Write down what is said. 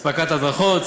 אספקת הדרכות,